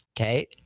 Okay